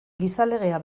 gizalegea